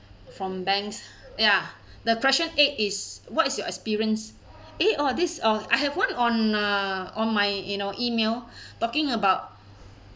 from banks ya the question eight is what is your experience eh oh this oh I have one on uh on my you know email talking about